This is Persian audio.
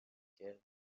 کردیم